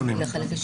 עד כדי כך ללכת?